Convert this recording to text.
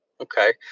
okay